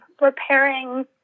repairing